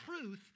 truth